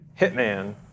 Hitman